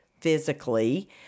physically